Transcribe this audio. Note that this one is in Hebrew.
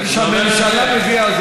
הממשלה מביאה.